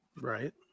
Right